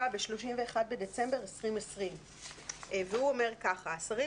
ב-31 בדצמבר 2020. הסעיף אומר כך: " (ג)(1) השרים,